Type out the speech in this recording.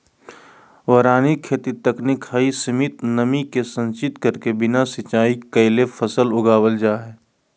वारानी खेती तकनीक हई, सीमित नमी के संचित करके बिना सिंचाई कैले फसल उगावल जा हई